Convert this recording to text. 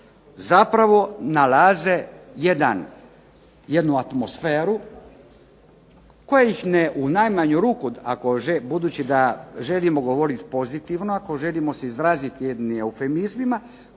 zapravo nalaze jednu atmosferu koja ih u najmanju ruku, budući da želimo govorit pozitivno, ako želimo se izrazit jednim eufemizmima,